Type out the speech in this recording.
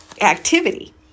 activity